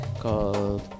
called